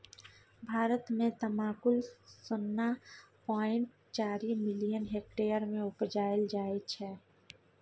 भारत मे तमाकुल शुन्ना पॉइंट चारि मिलियन हेक्टेयर मे उपजाएल जाइ छै